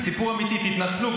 זה סיפור אמיתי, תתנצלו.